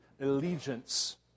allegiance